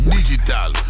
Digital